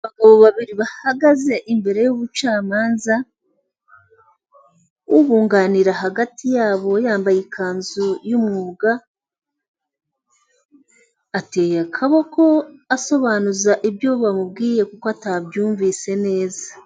Abagabo babiri bahagaze imbere y'ubucamanza, ubunganira hagati yabo, yambaye ikanzu y,umwuga, ateye aboko asobanuza ibyo bamubwiye kuko atabyumvise neza.